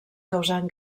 causant